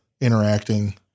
interacting